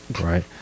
right